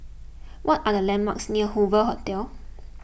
what are the landmarks near Hoover Hotel